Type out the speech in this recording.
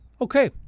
Okay